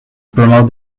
promote